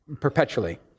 perpetually